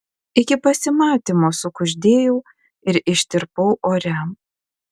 iki pasimatymo sukuždėjau ir ištirpau ore